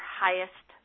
highest